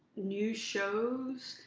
news shows,